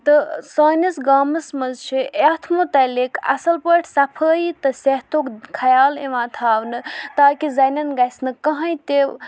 تہٕ سٲنِس گامَس منٛز چھِ ایتھ مُتعلِق اَصٕل پٲٹھۍ صفٲٮٔی تہٕ صحتُک خیال یِوان تھاونہٕ تاکہِ زَنیٚن گژھِ نہٕ کٕہینۍ تہِ